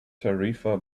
tarifa